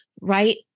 Right